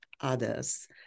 others